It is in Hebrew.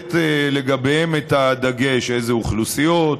לתת לגביהם את הדגש: איזה אוכלוסיות,